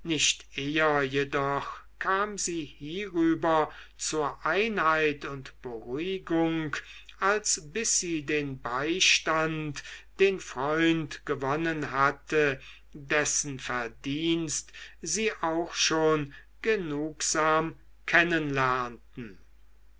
nicht eher jedoch kam sie hierüber zur einheit und beruhigung als bis sie den beistand den freund gewonnen hatte dessen verdienst sie auch schon genugsam